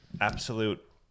absolute